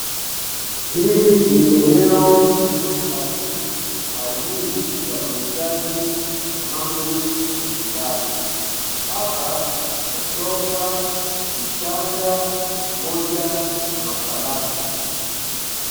Hili ni eneo la kisasa kwa ajili ya uuzaji wa samani za majumbani, hapa kuna sofa, vitanda pamoja na makabati.